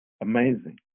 Amazing